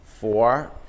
Four